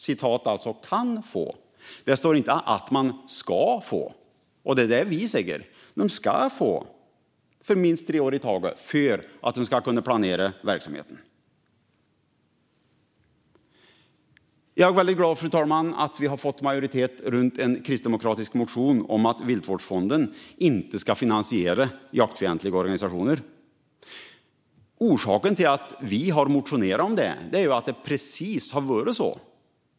Det står att man bör få, inte att man ska få, vilket vi säger. De ska få besked för minst tre år i taget för att kunna planera verksamheten. Fru talman! Jag är glad över att en majoritet ställer sig bakom en kristdemokratisk motion om att Viltvårdsfonden inte ska finansiera jaktfientliga organisationer. Orsaken till att vi har motionerat om det är att det har varit på precis det sättet.